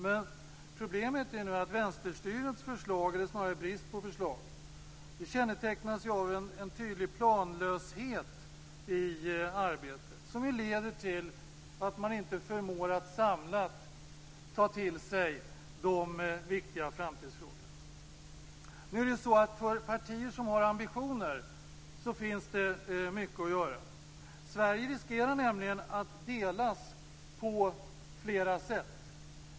Men problemet nu är att vänsterstyrets förslag - eller snarare brist på förslag - kännetecknas av en tydlig planlöshet i arbetet, som leder till att man inte förmår att samlat ta till sig de viktiga framtidsfrågorna. För partier som har ambitioner finns det mycket att göra. Sverige riskerar att delas på flera sätt.